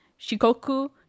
Shikoku